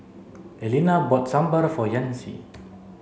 Elena bought Sambar for Yancy